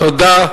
תודה.